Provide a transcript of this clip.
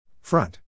Front